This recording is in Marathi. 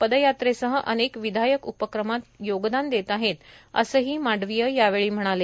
पदयात्रेसह अनेक विधायक उपक्रमात योगदान देत आहेत असेही मांडवीय यावेळी म्हणाले